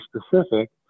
specific